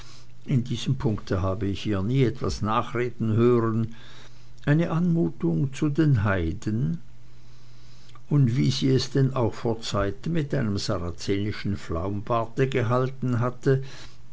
in diesem punkte hab ich ihr nie etwas nachreden hören eine anmutung zu den heiden wie sie es denn auch vorzeiten mit einem sarazenischen flaumbarte gehalten hatte